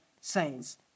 saints